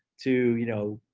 to, you know,